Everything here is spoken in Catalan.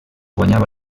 guanyava